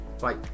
Bye